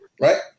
right